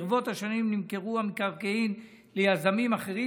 ברבות השנים נמכרו המקרקעין ליזמים אחרים,